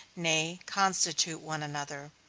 nay, constitute one another.